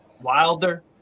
Wilder